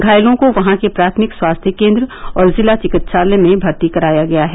घायलों को वहो के प्राथमिक स्वास्थ्य केन्द्र और जिला चिकित्सालय में भर्ती कराया गया है